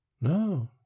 No